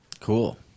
cool